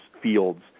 fields